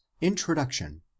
INTRODUCTION